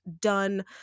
done